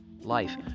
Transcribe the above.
life